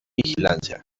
vigilancia